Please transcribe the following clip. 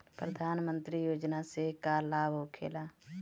प्रधानमंत्री योजना से का लाभ होखेला?